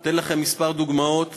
אתן לכם כמה דוגמאות,